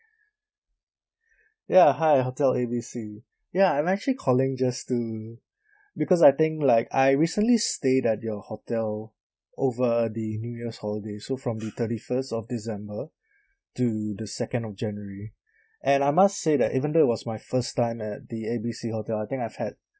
ya hi hotel A B C ya I'm actually calling just to because I think like I recently stayed at your hotel over the new year's holiday so from the thirty first of december to the second of january and I must say that even though it was my first time at the A B C hotel I think I've had